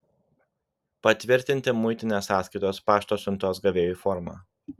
patvirtinti muitinės sąskaitos pašto siuntos gavėjui formą